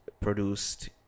produced